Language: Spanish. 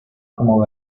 como